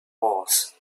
walls